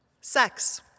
Sex